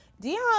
Dion